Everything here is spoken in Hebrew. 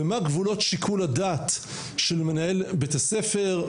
ומה גבולות שיקול הדעת של מנהל בית הספר,